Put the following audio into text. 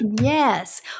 Yes